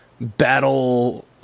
battle